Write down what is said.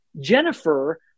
Jennifer